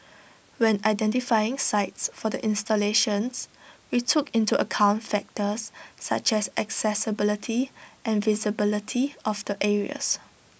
when identifying sites for the installations we took into account factors such as accessibility and visibility of the areas